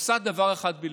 עושה דבר אחד בלבד: